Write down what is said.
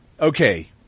Okay